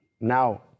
Now